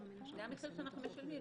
זה המחיר שאנחנו משלמים,